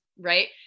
right